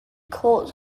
coat